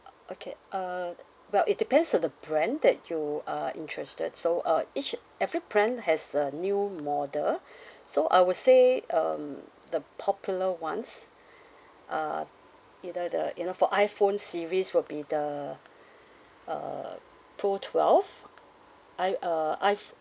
uh okay uh well it depends on the brand that you uh interested so uh each every brand has a new model so I would say um the popular ones are either the you know for iphone series will be the uh pro twelve i~ uh iph~